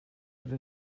per